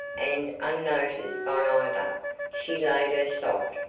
and, unnoticed by either, she laid her soft,